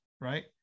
right